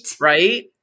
right